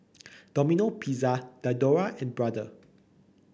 Domino Pizza Diadora and Brother